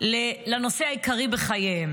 לנושא העיקרי בחייהם.